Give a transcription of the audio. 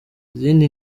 izindi